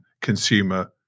consumer